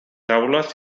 aules